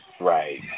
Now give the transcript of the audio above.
Right